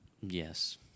Yes